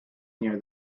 near